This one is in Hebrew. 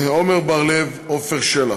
עמר בר-לב, עפר שלח.